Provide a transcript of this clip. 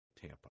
Tampa